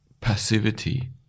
passivity